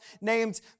named